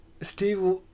Steve